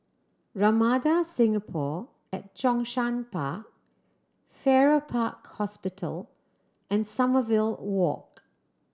Ramada Singapore at Zhongshan Park Farrer Park Hospital and Sommerville Walk